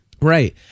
right